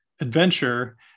adventure